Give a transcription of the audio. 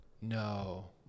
No